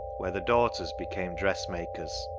where the daughters became dressmakers.